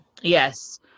Yes